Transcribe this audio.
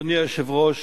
אדוני היושב-ראש,